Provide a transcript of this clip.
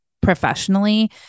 professionally